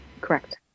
Correct